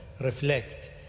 reflect